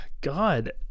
god